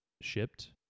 shipped